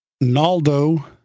Naldo